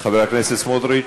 חבר הכנסת סמוטריץ: